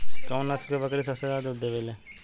कउन नस्ल के बकरी सबसे ज्यादा दूध देवे लें?